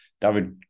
David